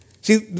See